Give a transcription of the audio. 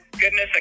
goodness